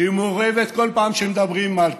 שמעורבת, ובכל פעם שמדברים על קצבאות,